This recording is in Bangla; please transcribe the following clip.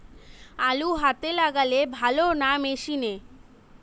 আলু হাতে লাগালে ভালো না মেশিনে?